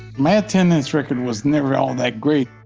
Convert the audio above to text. my attendance record was never all that great,